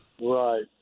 Right